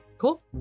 Cool